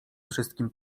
wszystkim